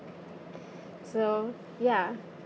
so ya